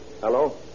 Hello